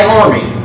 army